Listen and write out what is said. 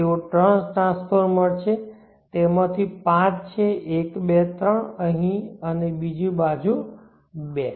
તેઓ 3 ટ્રાન્સફોર્મર છે તે તેમાંથી 5 છે 1 2 3 અહીં અને બીજી બાજુ 2